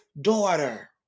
daughter